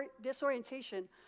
disorientation